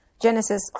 Genesis